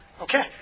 Okay